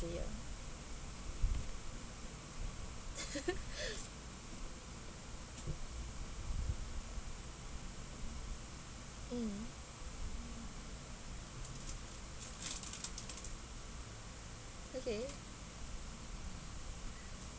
day mm okay